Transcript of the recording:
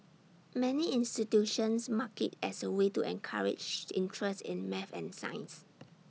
many institutions mark IT as A way to encourage interest in math and science